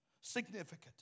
significant